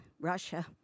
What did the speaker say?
Russia